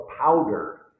powder